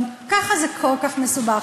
גם ככה זה כל כך מסובך.